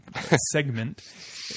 segment